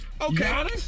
okay